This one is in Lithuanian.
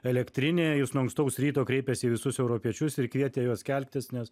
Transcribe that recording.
elektrinė jis nuo ankstaus ryto kreipėsi į visus europiečius ir kvietė juos keltis nes